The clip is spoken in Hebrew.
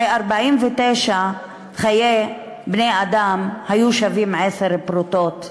הרי חיי 49 בני-אדם היו שווים עשר פרוטות.